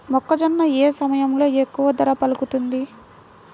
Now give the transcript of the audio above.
మొక్కజొన్న ఏ సమయంలో ఎక్కువ ధర పలుకుతుంది?